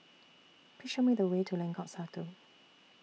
Please Show Me The Way to Lengkong Satu